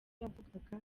yavugaga